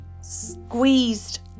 squeezed